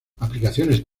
aplicaciones